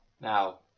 Now